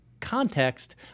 context